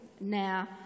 Now